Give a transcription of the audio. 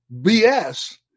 BS